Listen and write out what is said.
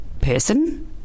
person